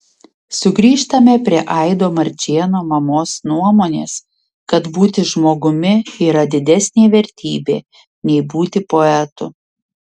sugrįžtame prie aido marčėno mamos nuomonės kad būti žmogumi yra didesnė vertybė nei būti poetu